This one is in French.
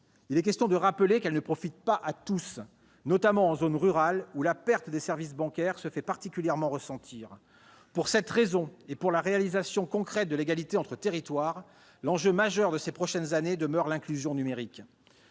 Il est question de rappeler que celle-ci ne profite pas à tous, notamment en zone rurale, où la perte des services bancaires se fait particulièrement ressentir. Pour cette raison, et pour la réalisation concrète de l'égalité entre territoires, l'enjeu majeur de ces prochaines années demeure l'inclusion numérique.